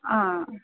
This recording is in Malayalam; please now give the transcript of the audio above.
ആ